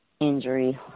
injury